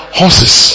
horses